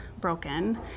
Broken